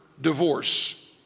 divorce